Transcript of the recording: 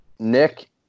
Nick